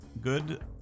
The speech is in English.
good